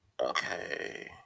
Okay